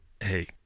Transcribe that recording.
hey